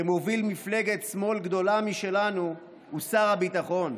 שמוביל מפלגת שמאל גדולה משלנו, הוא שר הביטחון.